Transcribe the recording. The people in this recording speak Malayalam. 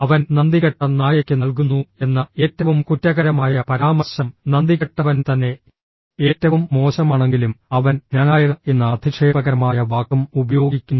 അവൻ നന്ദികെട്ട നായയ്ക്ക് നൽകുന്നു എന്ന ഏറ്റവും കുറ്റകരമായ പരാമർശം നന്ദികെട്ടവൻ തന്നെ ഏറ്റവും മോശമാണെങ്കിലും അവൻ നായ എന്ന അധിക്ഷേപകരമായ വാക്കും ഉപയോഗിക്കുന്നു